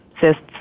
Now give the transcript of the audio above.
cysts